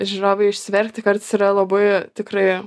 žiūrovai išsiverkti kartais yra labai tikrai